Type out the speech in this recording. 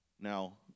Now